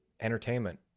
entertainment